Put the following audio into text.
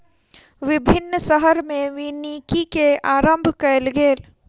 विभिन्न शहर में वानिकी के आरम्भ कयल गेल